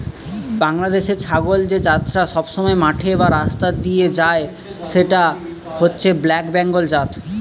বাংলাদেশের ছাগলের যে জাতটা সবসময় মাঠে বা রাস্তা দিয়ে যায় সেটা হচ্ছে ব্ল্যাক বেঙ্গল জাত